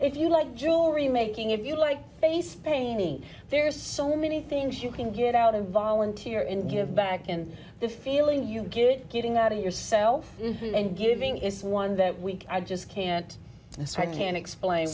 if you like jewelry making if you like face painting there's so many things you can get out of volunteer in give back in the feeling you get getting out of yourself and giving is one that week i just can't decide can't explain